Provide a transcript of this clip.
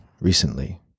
recently